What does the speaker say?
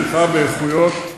באיכויות,